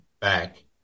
back